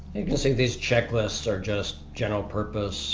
you can see these checklists are just general purpose